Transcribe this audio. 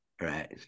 Right